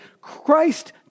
Christ